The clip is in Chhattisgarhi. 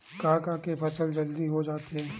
का का के फसल जल्दी हो जाथे?